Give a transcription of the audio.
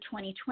2020